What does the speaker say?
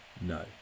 No